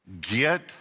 get